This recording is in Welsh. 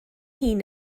hŷn